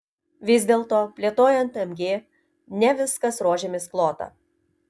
vis dėlto plėtojant mg ne viskas rožėmis klota